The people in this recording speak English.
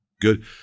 good